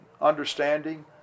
understanding